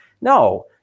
No